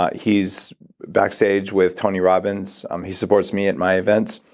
he's back stage with tony robbins. um he supports me at my events,